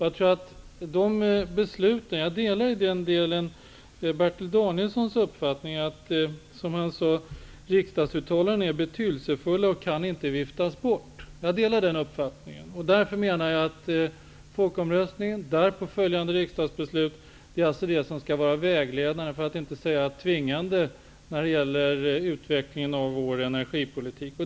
Jag delar Bertil Danielssons uppfattning att riksdagsuttalanden är betydelsefulla och att de inte kan viftas bort. Därför menar jag att folkomröstningen och därpå följande riksdagsbeslut skall vara vägledande, för att inte säga tvingande, när det gäller utvecklingen av vår energipolitik.